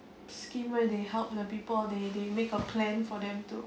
scheme where they help the people or they they make a plan for them to